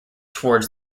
towards